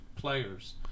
Players